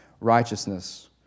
righteousness